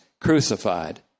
crucified